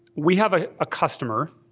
we have a ah customer.